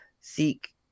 seek